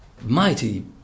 mighty